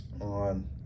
on